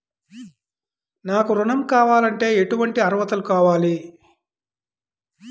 నాకు ఋణం కావాలంటే ఏటువంటి అర్హతలు కావాలి?